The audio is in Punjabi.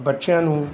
ਬੱਚਿਆਂ ਨੂੰ